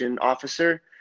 officer